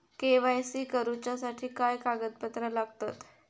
KYC करूच्यासाठी काय कागदपत्रा लागतत?